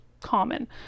common